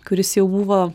kuris jau buvo